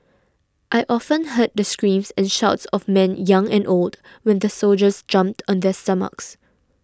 I often heard the screams and shouts of men young and old when the soldiers jumped on their stomachs